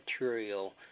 material